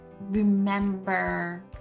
remember